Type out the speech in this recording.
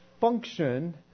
function